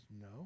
no